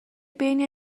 بین